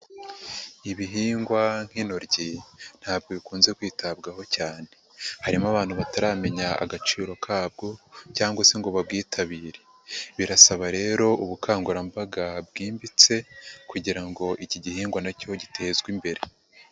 Ibihingwa nk'intoryi ntabwo bikunze kwitabwaho cyane, harimo abantu bataramenya agaciro kabwo cyangwa se ngo babwitabire, birasaba rero ubukangurambaga bwimbitse kugira ngo iki gihingwa na cyo gitezwe imbere.